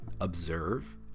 Observe